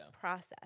process